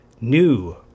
new